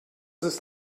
ist